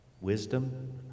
wisdom